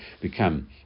become